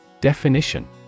Definition